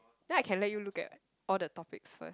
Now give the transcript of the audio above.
then I can let you look at all the topics first